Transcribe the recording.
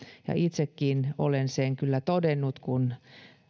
itsekin olen sen kyllä todennut kun